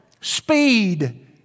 speed